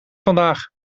vandaag